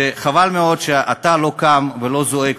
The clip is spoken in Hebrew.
וחבל מאוד שאתה לא קם וזועק.